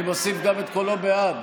אני מוסיף גם את קולו בעד.